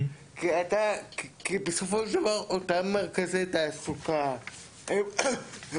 כי בסופו של דבר אותם מרכזי תעסוקה מאפשרים